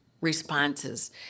responses